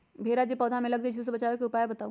भेरा जे पौधा में लग जाइछई ओ से बचाबे के उपाय बताऊँ?